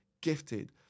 gifted